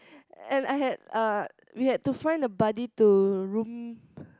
and I had uh we had to find a buddy to room